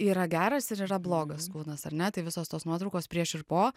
yra geras ir yra blogas kūnas ar ne tai visos tos nuotraukos prieš ir po